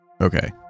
Okay